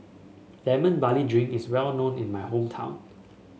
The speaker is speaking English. Lemon Barley Drink is well known in my hometown